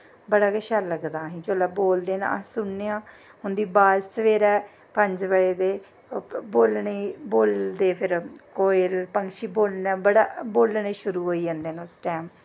बड़ा गै शैल लगदा जिसलै अस सुनने आं उं'दी अवाज सवेरै पंज बज़े तै ओह् बोलदे फिर कोयल पंक्षी बोलना शुरु होई जंदे न उसलै